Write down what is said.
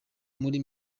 muri